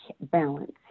balance